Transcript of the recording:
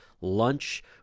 lunch